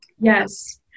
yes